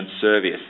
service